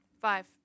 Five